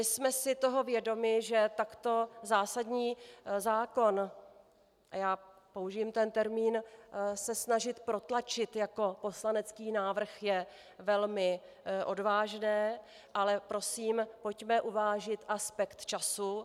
Jsme si vědomi toho, že takto zásadní zákon, a já použiji ten termín, se snažit protlačit jako poslanecký návrh, je velmi odvážné, ale prosím pojďme uvážit aspekt času.